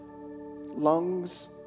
lungs